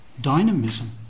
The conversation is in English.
dynamism